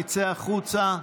שיצא החוצה.